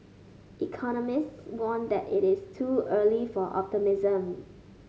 economists warned that it is too early for optimism